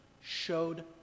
showed